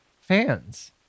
fans